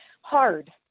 hard